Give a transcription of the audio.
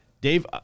Dave